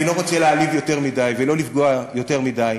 אני לא רוצה להעליב יותר מדי ולא לפגוע יותר מדי,